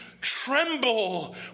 tremble